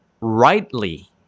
rightly